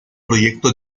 proyecto